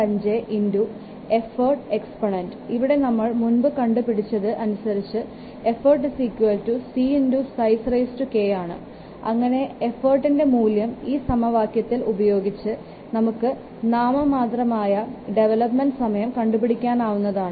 5 effort എക്സ്പോനിന്റ ഇവിടെ നമ്മൾ മുൻപ് കണ്ടുപിടിച്ചത് അനുസരിച്ച് എഫോർട്ട് c സൈസ് k ആണ് അങ്ങനെ എഫോർട്ടിന്റെ മൂല്യം ഈ സമവാക്യത്തിൽ ഉപയോഗിച്ച് നമുക്ക് നാമമാത്രമായ ഡെവലപ്മെൻറ് സമയം കണ്ടുപിടിക്കാവുന്നതാണ്